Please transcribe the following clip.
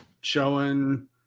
showing